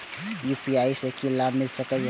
UPI से की लाभ मिल सकत हमरा?